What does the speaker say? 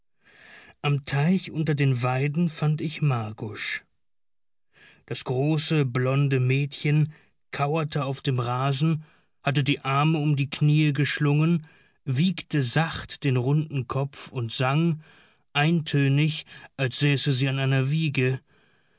am teich unter den weiden fand ich margusch das große blonde mädchen kauerte auf dem rasen hatte die arme um die knie geschlungen wiegte sachte den runden kopf und sang eintönig als säße sie an einer wiege